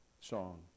song